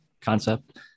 concept